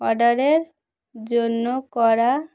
অর্ডারের জন্য করা